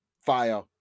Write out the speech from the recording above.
fire